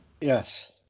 Yes